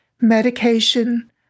medication